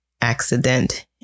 accident